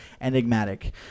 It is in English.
enigmatic